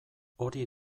hori